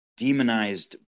demonized